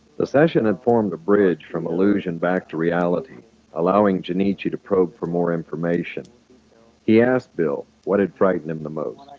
the session had formed a bridge from illusion back to reality allowing junichi to probe for more information he asked bill what had frightened him the most